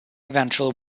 eventual